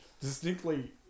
Distinctly